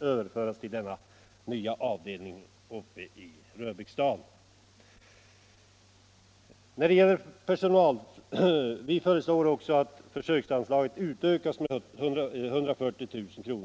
överförs till denna nya avdelning i Röbäcksdalen. Vi föreslår också att försöksanslaget utökas med 140 000 kr.